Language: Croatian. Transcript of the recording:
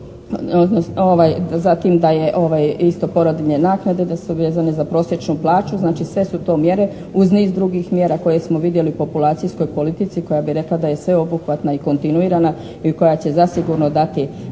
zatim da je isto porodiljne naknade da su vezane za prosječnu plaću, znači sve su to mjere uz niz drugih mjera koje smo vidjeli u populacijskoj politici koja bi rekla da je sveobuhvatna i kontinuirana i koja će zasigurno dati